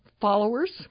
followers